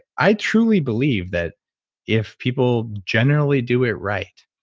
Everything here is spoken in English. i truly believe that if people generally do it right,